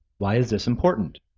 why is this important?